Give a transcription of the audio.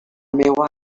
meua